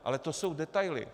Ale to jsou detaily.